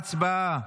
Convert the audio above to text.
הצבעה.